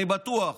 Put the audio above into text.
אני בטוח,